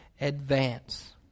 advance